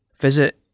visit